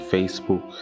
Facebook